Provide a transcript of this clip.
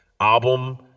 album